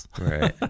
right